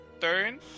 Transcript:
turn